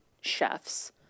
chefs